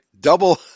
double